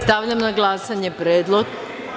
Stavljam na glasanje predlog.